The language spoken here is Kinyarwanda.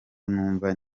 numva